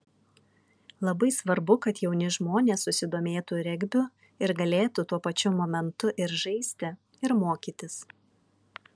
labai svarbu kad jauni žmonės susidomėtų regbiu ir galėtų tuo pačiu momentu ir žaisti ir mokytis